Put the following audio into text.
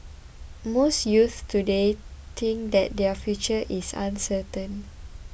most youths today think that their future is uncertain